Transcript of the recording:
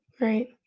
Right